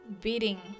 beating